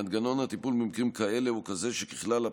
מנגנון הטיפול במקרים כאלה הוא כזה שככלל,